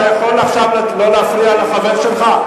אתה יכול עכשיו לא להפריע לחבר שלך?